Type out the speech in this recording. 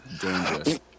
Dangerous